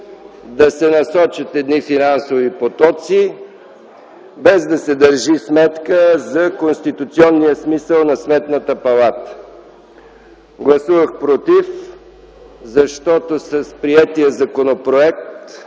да се насочат едни финансови потоци без да се държи сметка за конституционния смисъл на Сметната палата. Гласувах против, защото с приетия законопроект